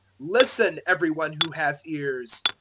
listen, every one who has ears!